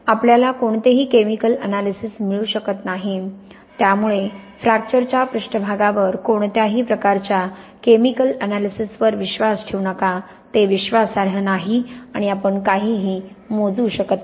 आपल्याला कोणतेही chemical analysis मिळू शकत नाही त्यामुळे फ्रॅक्चरच्या पृष्ठभागावर कोणत्याही प्रकारच्या केमिकल अनालिसिसवर विश्वास ठेवू नका ते विश्वासार्ह नाही आणि आपण काहीही मोजू शकत नाही